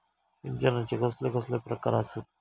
सिंचनाचे कसले कसले प्रकार आसत?